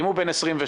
אם הוא בן 26,